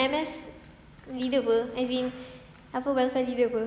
M_S leader [pe] as in advisor leader [pe]